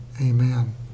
amen